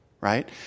right